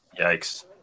Yikes